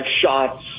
shots